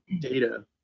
data